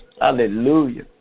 Hallelujah